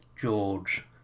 George